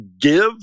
give